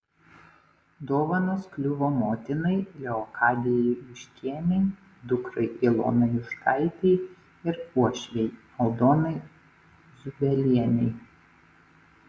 dovanos kliuvo motinai leokadijai juškienei dukrai ilonai juškaitei ir uošvei aldonai zubelienei